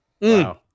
Wow